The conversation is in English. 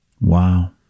Wow